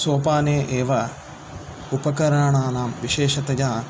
सोपाने एव उपकरणानां विशेषतया